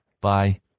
Bye